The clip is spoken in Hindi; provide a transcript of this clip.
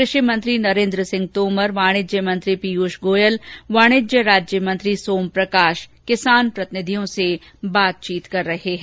कृषि मंत्री नरेन्द्र सिंह तोमर वाणिज्य मंत्री पीयूष गोयल वाणिज्य राज्य मंत्री सोमप्रकाश किसान प्रतिनिधियों से बातचीत कर रहे हैं